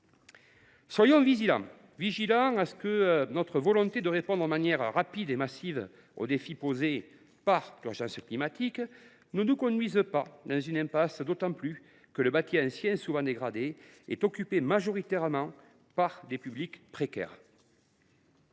Soyons vigilants à ne pas laisser notre volonté de répondre de manière rapide et massive aux défis posés par l’urgence climatique nous conduire dans une impasse, d’autant que le bâtiment ancien, souvent dégradé, est occupé majoritairement par des publics précaires.